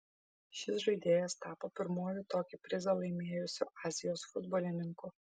šis žaidėjas tapo pirmuoju tokį prizą laimėjusiu azijos futbolininku